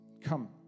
come